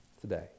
today